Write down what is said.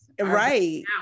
Right